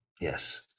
Yes